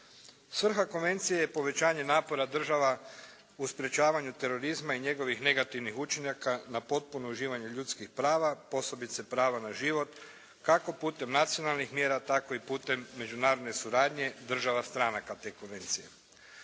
Svrha konvencije je povećanje napora država u sprječavanju terorizma i njegovih negativnih učinaka na potpuno uživanje ljudskih prava posebice prava na život kako putem nacionalnih mjera, tako i putem međunarodne suradnje države stranaka te konvencije.